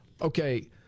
Okay